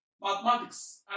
Mathematics